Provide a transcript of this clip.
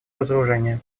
разоружению